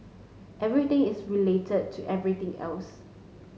everything is related to everything else